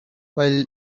while